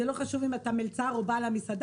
זה לא חשוב אם אתה המלצר או בעל המסעדה,